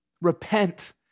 Repent